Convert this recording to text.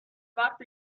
وقت